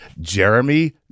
Jeremy